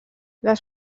les